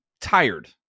tired